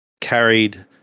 carried